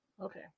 Okay